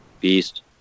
beast